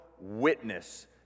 witness